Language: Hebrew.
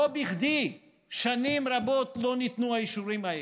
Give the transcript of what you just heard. לא בכדי שנים רבות לא ניתנו האישורים האלה.